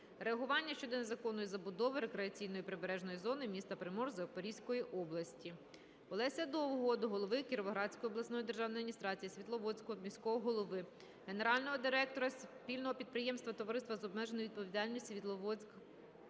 реагування щодо незаконної забудови рекреаційної прибережної зони міста Приморськ Запорізької області. Олеся Довгого до голови Кіровоградської обласної державної адміністрації, Світловодського міського голови, Генерального директора Спільного підприємства Товариства з обмеженою відповідальністю "Світловодськпобут"